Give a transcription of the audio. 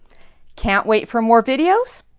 can't wait for more videos?